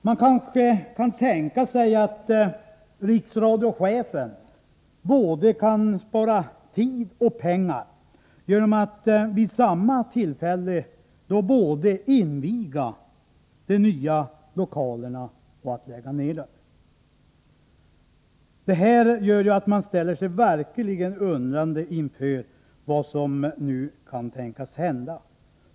Här kanske man kan tänka sig att riksradiochefen kan spara såväl tid som pengar genom att vid samma tillfälle både inviga de nya lokalerna och lägga ned dem. Jag ställer mig verkligen undrande inför vad som nu kan tänkas hända.